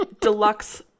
deluxe